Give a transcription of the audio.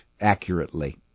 accurately